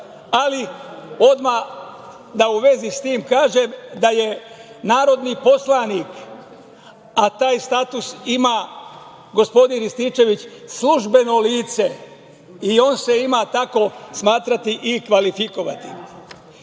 ali odmah da u vezi sa tim kažem da je narodni poslanik, a taj status ima gospodin Rističević, službeno lice, i on se ima tako smatrati i kvalifikovati. Zatim,